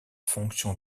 fonction